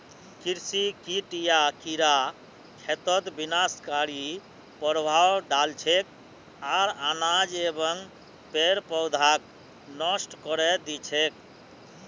कृषि कीट या कीड़ा खेतत विनाशकारी प्रभाव डाल छेक आर अनाज एवं पेड़ पौधाक नष्ट करे दी छेक